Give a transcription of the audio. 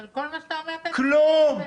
כל מה שאתה אומר, אתה צודק.